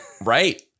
Right